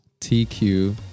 TQ